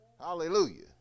Hallelujah